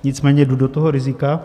Nicméně jdu do toho rizika.